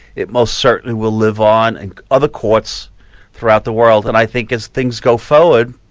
it must certainly will live on in other courts throughout the world, and i think as things go forward,